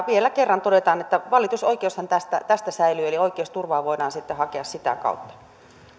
vielä kerran todetaan että valitusoikeushan tästä tästä säilyy eli oikeusturvaa voidaan sitten hakea sitä kautta